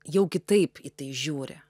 jau kitaip į tai žiūri